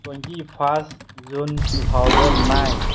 twenty first June two thousand nine